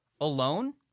alone